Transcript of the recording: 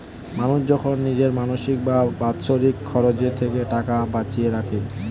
মানুষ যখন নিজের মাসিক বা বাৎসরিক খরচের থেকে টাকা বাঁচিয়ে রাখে